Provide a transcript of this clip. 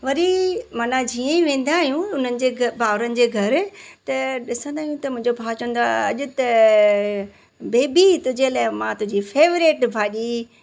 वरी माना जीअं ई वेंदा आहियूं हुननि जे घर भाउरनि जे घरु त ॾिसंदा आहियूं त मुंहिंजो भाउ चवंदो आहे अॼु त बेबी तुंहिंजे लाइ मां तुंहिंजी फैवरेट भाॼी